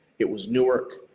it was newark,